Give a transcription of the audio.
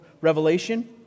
Revelation